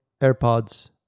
AirPods